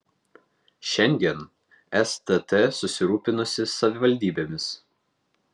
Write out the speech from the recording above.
šiandien stt susirūpinusi savivaldybėmis